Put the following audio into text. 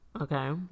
Okay